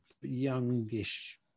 youngish